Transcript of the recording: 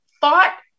thought